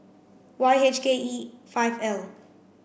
Y H K E five L